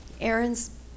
Aaron's